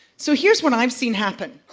so, here's what i've seen happen.